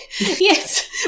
Yes